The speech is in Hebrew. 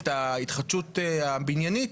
את ההתחדשות הבניינית,